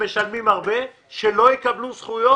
את אלה שמשלמים הרבה ולא יקבלו זכויות,